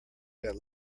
that